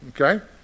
okay